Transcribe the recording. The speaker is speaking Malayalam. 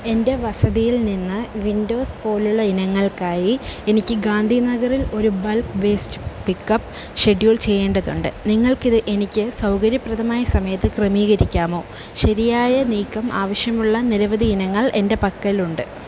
എൻ്റെ വസതിയിൽ നിന്ന് വിൻഡോസ് പോലുള്ള ഇനങ്ങൾക്കായി എനിക്ക് ഗാന്ധി നഗറിൽ ഒരു ബൾക്ക് വേസ്റ്റ് പിക്കപ്പ് ഷെഡ്യൂൾ ചെയ്യേണ്ടതുണ്ട് നിങ്ങൾക്കിത് എനിക്ക് സൗകര്യപ്രദമായ സമയത്ത് ക്രമീകരിക്കാമോ ശരിയായ നീക്കം ആവശ്യമുള്ള നിരവധി ഇനങ്ങൾ എൻ്റെ പക്കലുണ്ട്